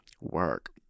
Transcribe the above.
Work